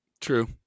True